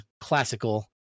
classical